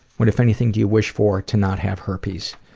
what, if anything, do you wish for? to not have herpes.